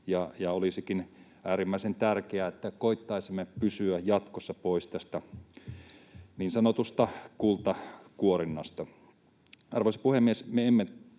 Olisikin äärimmäisen tärkeää, että koettaisimme pysyä jatkossa pois tästä niin sanotusta kultakuorinnasta. Arvoisa puhemies! Me emme